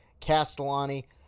Castellani